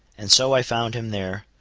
and so i found him there,